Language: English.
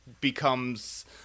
becomes